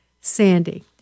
Sandy